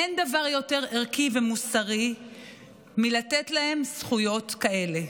אין דבר יותר ערכי ומוסרי מלתת להם זכויות כאלה.